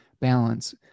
balance